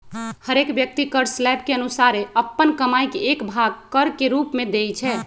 हरेक व्यक्ति कर स्लैब के अनुसारे अप्पन कमाइ के एक भाग कर के रूप में देँइ छै